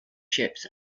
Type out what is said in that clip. ships